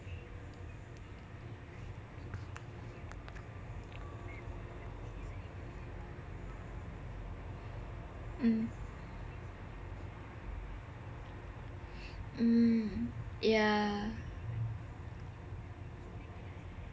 mm mm yah